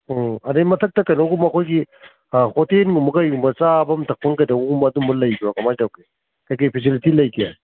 ꯑꯗꯨꯗꯩ ꯃꯊꯛꯇ ꯀꯩꯅꯣꯒꯨꯝꯕ ꯑꯩꯈꯣꯏꯒꯤ ꯍꯣꯇꯦꯜꯒꯨꯝꯕ ꯀꯩꯒꯨꯝꯕ ꯆꯥꯐꯝ ꯊꯛꯄꯝ ꯀꯩꯗꯧꯕꯒꯨꯝꯕ ꯑꯗꯨꯝꯕ ꯂꯩꯕ꯭ꯔꯣ ꯀꯃꯥꯏꯅ ꯇꯧꯒꯦ ꯀꯔꯤ ꯀꯔꯤ ꯐꯦꯁꯤꯂꯤꯇꯤ ꯂꯩꯒꯦ